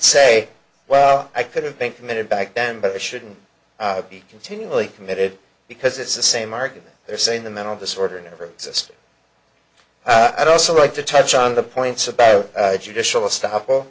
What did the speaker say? say well i could have been committed back then but it shouldn't be continually committed because it's the same argument they're saying the mental disorder never existed i don't like to touch on the points about judicial stuff well